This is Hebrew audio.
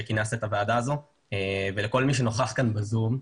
על כינוס הוועדה ולכל מי שנוכח כאן ב-זום.